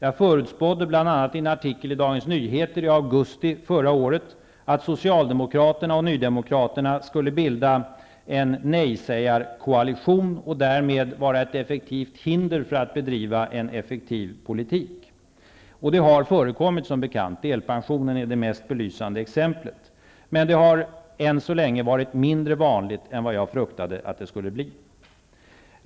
Jag förutspådde bl.a. i en artikel i Dagens Nyheter i augusti förra året att Socialdemokraterna och Nydemokraterna skulle bilda en nejsägarkoalition och därmed vara ett effektivt hinder för en effektivt driven politik. Det har förekommit, som bekant. Delpensionen är det mest belysande exemplet. Men det har än så länge varit mindre vanligt än jag fruktade att det skulle bli.